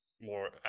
more